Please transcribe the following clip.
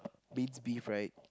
minced beef right